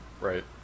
Right